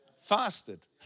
fasted